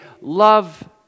love